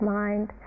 mind